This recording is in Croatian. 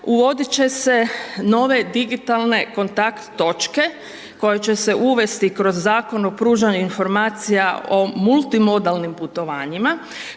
uvodit će se nove digitalne kontakt točke koje će uvesti kroz Zakon o pružanju informacija o multimodalnim putovanjima